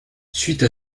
suite